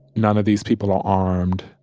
none of these people are armed